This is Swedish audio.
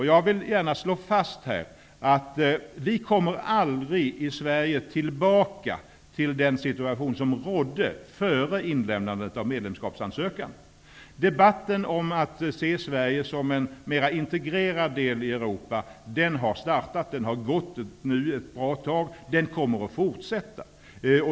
Jag vill gärna slå fast att vi aldrig i Sverige kommer tillbaka till den situation som rådde före inlämnandet av medlemskapsansökan. Debatten om att se Sverige som en mera integrerad del av Europa har startat och pågått nu ett bra tag. Den kommer att fortsätta.